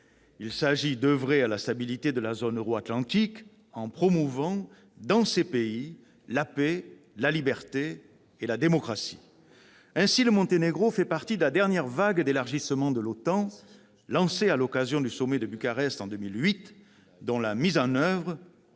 il s'agissait d'oeuvrer à la stabilité de la zone euro-atlantique, en promouvant dans ces pays la paix, la liberté et la démocratie. Le Monténégro fait partie de la dernière vague d'élargissement de l'OTAN, lancée à l'occasion du sommet de Bucarest de 2008, et dont la mise en oeuvre,